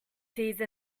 cease